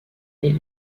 est